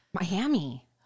Miami